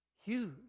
huge